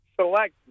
select